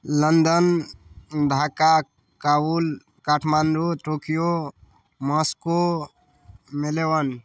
London Dhaka Kabul Kathmandu Tokyo Moscow Melbourne